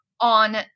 on